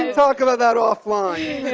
and talk about that offline.